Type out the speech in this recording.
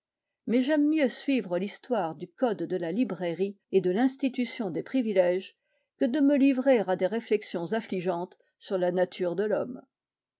mais j'aime mieux suivre l'histoire du code de la librairie et de l'institution des privilèges que de me livrer à des réflexions affligeantes sur la nature de l'homme